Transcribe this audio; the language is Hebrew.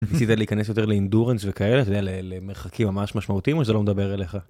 ניסית להיכנס יותר לאינדורנס וכאלה אלה מרחקים ממש משמעותיים או שזה לא מדבר אליך.